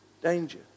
danger